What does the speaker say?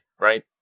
right